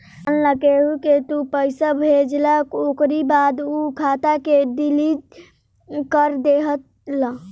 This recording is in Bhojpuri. मान लअ केहू के तू पईसा भेजला ओकरी बाद उ खाता के डिलीट कर देहला